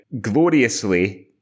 gloriously